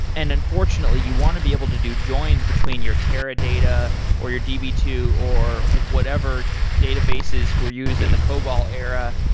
and unfortunately you want to be able to joins between your teradata or your d b two or whatever databases were used in the cobol era,